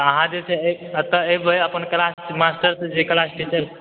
अहाँ जे छै से एतय एबै अपन क्लासके मास्टर जे क्लास टीचर छै